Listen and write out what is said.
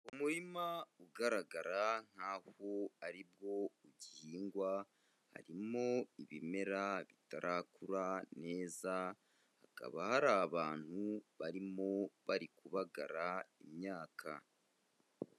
Umuririma ugaragara nk'aho ari bwo ugihingwa, harimo ibimera bitarakura neza hakaba hari abantu barimo bari kubagara imyaka.